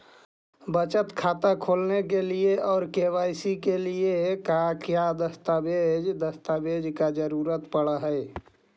बचत खाता खोलने के लिए और के.वाई.सी के लिए का क्या दस्तावेज़ दस्तावेज़ का जरूरत पड़ हैं?